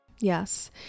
yes